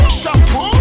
shampoo